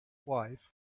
wife